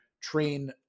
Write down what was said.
train